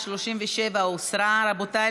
רבותיי,